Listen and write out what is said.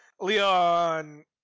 Leon